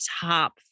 top